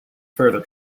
further